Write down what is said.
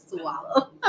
swallow